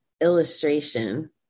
illustration